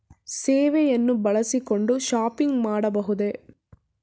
ಸೇವೆಯನ್ನು ಬಳಸಿಕೊಂಡು ಶಾಪಿಂಗ್ ಮಾಡಬಹುದೇ?